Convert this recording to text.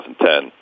2010